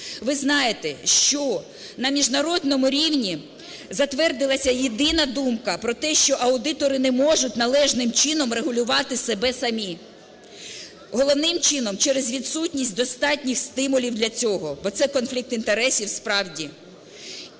Ви знаєте, що на міжнародному рівні затвердилася єдина думка про те, що аудитори не можуть належним чином регулювати себе самі, головним чином, через відсутність достатніх стимулів для цього, бо це – конфлікт інтересів справді.